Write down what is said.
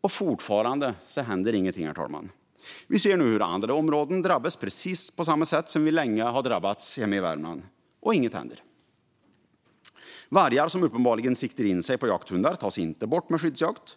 och fortfarande händer ingenting. Nu kan man se hur andra områden drabbas på precis samma sätt som vi länge har drabbats hemma i Värmland, och inget händer. Vargar som uppenbarligen siktar in sig på jakthundar tas inte bort med skyddsjakt.